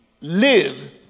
live